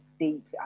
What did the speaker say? deep